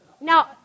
now